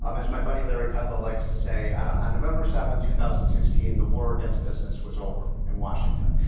um as my buddy larry kudlow likes to say, on ah november seventh, two thousand and sixteen, the war against business was over in washington.